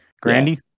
Grandy